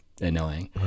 annoying